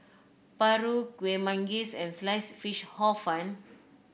paru Kueh Manggis and Sliced Fish Hor Fun